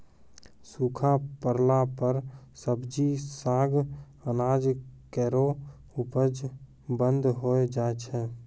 सूखा परला पर सब्जी, साग, अनाज केरो उपज बंद होय जाय छै